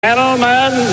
Gentlemen